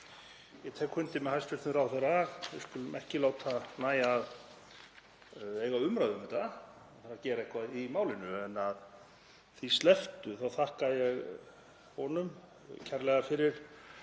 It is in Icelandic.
Ég tek undir með hæstv. ráðherra. Við skulum ekki láta nægja að eiga umræðu um þetta, það þarf að gera eitthvað í málinu. Að því slepptu þakka ég honum kærlega fyrir